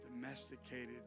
domesticated